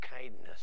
kindness